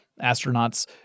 Astronauts